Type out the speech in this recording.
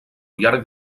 llarg